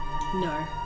no